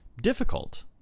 difficult